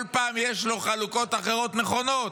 כל פעם יש לו חלוקות אחרות נכונות: